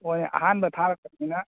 ꯍꯣꯏꯅꯦ ꯑꯍꯥꯟꯕ ꯊꯥꯔꯛꯄꯅꯤꯅ